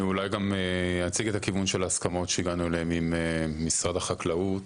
אני אולי גם אציג את הכיוון של ההסכמות שהגענו אליהם עם משרד החקלאות.